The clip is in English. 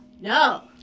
No